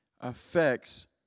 affects